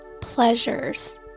pleasures